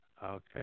Okay